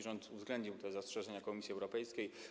Rząd uwzględnił zastrzeżenia Komisji Europejskiej.